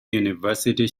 university